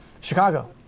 Chicago